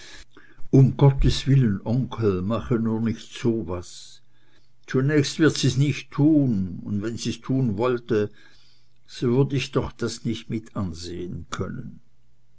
um gottes willen onkel mache nur nicht so was zunächst wird sie's nicht tun und wenn sie's tun wollte so würd ich doch das nicht mit ansehn können